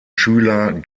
schüler